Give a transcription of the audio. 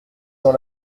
dans